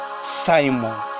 Simon